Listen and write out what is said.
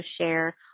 share